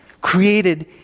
created